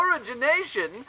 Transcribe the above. origination